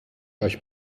euch